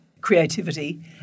creativity